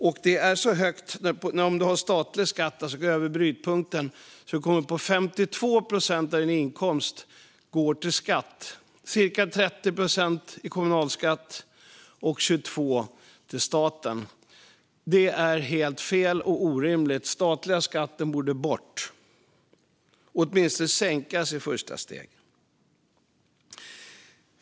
Om du kommer över brytpunkten och betalar statlig skatt går så mycket som 52 procent av din inkomst till skatt - cirka 30 procent i kommunalskatt och 22 procent till staten. Detta är helt fel och orimligt. Den statliga skatten borde tas bort, eller åtminstone sänkas i ett första steg.